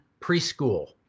preschool